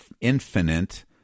infinite